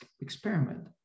experiment